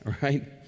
right